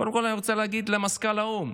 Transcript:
קודם כול אני רוצה להגיד למזכ"ל האו"ם: